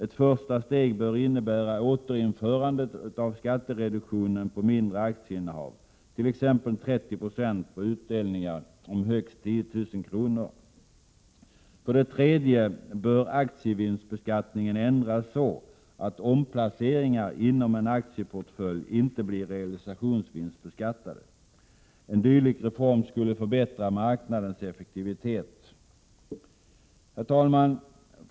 Ett första steg bör innebära återinförande av skattereduktionen på mindre aktieinnehav, t.ex. 30 90 på utdelningar om högst 10 000 kr. För det tredje bör aktievinstbeskattningen ändras så att omplaceringar inom en aktieportfölj inte blir realisationsvinstbeskattade. En dylik reform skulle förbättra marknadens effektivitet. Herr talman!